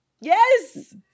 Yes